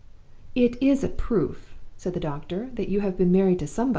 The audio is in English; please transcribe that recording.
it is a proof said the doctor, that you have been married to somebody.